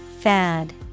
Fad